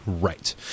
Right